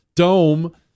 Dome